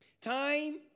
time